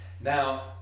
Now